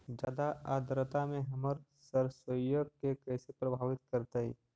जादा आद्रता में हमर सरसोईय के कैसे प्रभावित करतई?